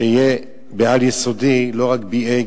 שיהיה בעל-יסודי לא רק BA,